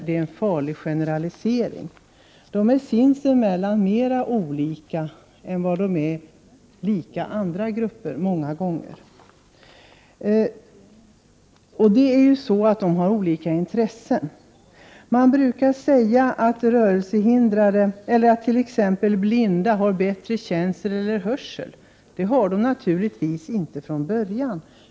De är sinsemellan mer olika än vad de många gånger är lika andra grupper. De har olika intressen. Man brukar säga att blinda har bättre känsel och hörsel, vilket de naturligtvis inte har från början.